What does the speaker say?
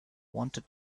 wanted